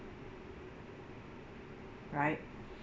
right